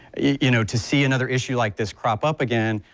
you know, to see another issue like this crop up again,